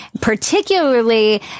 particularly